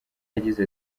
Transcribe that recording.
yagize